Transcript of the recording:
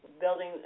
building